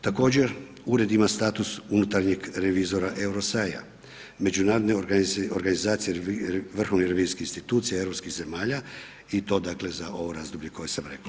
Također, ured ima status unutarnjem revizora EUROSAI-a Međunarodne organizacije vrhovnih revizijskih institucija europskih zemalja i to dakle za ovo razdoblje koje sam reko.